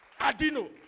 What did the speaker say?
Adino